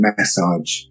Massage